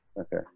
Okay